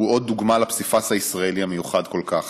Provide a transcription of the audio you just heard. הוא עוד דוגמה לפסיפס הישראלי המיוחד כל כך.